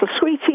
sweetie